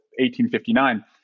1859